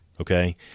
Okay